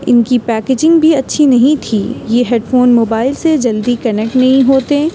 ان کی پیکیجنگ بھی اچھی نہیں تھی یہ ہیڈ فون موبائل سے جلدی کنیکٹ نہیں ہوتے